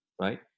right